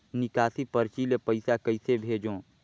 निकासी परची ले पईसा कइसे भेजों?